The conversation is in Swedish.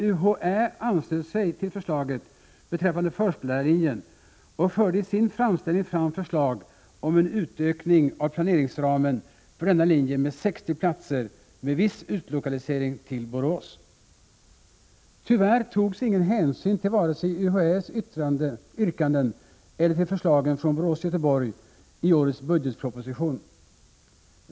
UHÄ anslöt sig till förslaget beträffande förskollärarlinjen och förde i sin framställning fram förslag om en utökning av planeringsramen för denna linje med 60 platser med viss utlokalisering till Borås. Tyvärr togs ingen hänsyn till vare sig UHÄ:s yrkanden eller förslagen från Borås— Göteborg i årets budgetproposition.